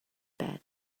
bed